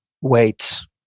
weights